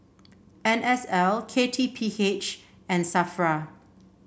N S L K T P H and Safra